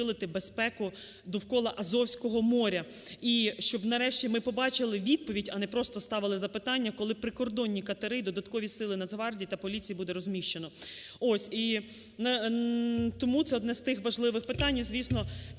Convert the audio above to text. безпеку довкола Азовського моря. І щоб, нарешті, ми побачили відповідь, а непросто ставили запитання, коли прикордонні катери, додаткові сили Нацгвардії та поліції буде розміщено. Ось. І тому це одне з тих важливих питань. І звісно,